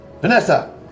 Vanessa